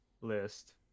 list